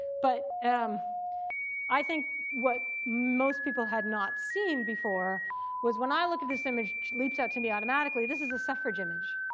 but i think what most people had not seen before was when i look at this image leaps out to me automatically, this is a suffrage image.